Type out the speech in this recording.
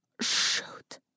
shoot